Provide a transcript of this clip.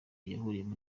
yahuriyemo